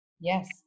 Yes